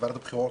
ועדת הבחירות,